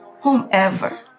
whomever